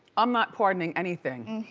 i'm not pardoning anything,